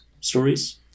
stories